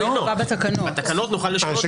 בתקנות נוכל לשנות את זה.